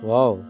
Wow